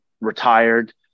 retired